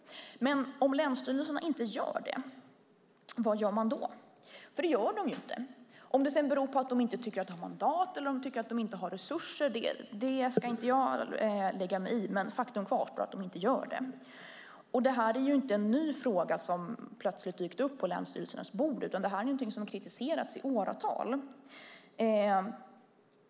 Men om länsstyrelserna inte gör det, vad gör man då? Det gör de nämligen inte. Om det sedan beror på att de inte tycker sig ha mandat eller inte tycker sig ha resurser ska jag inte lägga mig i, men faktum kvarstår att de inte gör det. Detta är inte en ny fråga som plötsligt dykt upp på länsstyrelsernas bord, utan detta är något som har kritiserats i åratal.